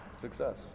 success